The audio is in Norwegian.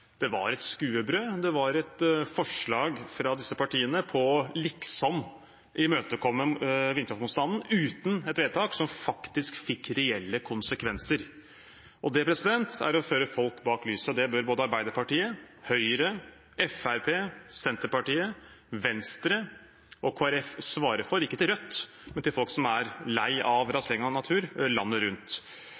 et forslag fra disse partiene for liksom å imøtekomme vindkraftmotstanden, uten et vedtak som faktisk fikk reelle konsekvenser. Det er å føre folk bak lyset, og det bør både Arbeiderpartiet, Høyre, Fremskrittspartiet, Senterpartiet, Venstre og Kristelig Folkeparti svare for – ikke til Rødt, men til folk som er lei av rasering av natur landet rundt.